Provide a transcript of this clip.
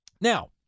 Now